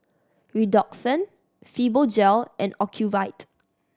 Redoxon Fibogel and Ocuvite